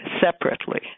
separately